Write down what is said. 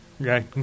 Okay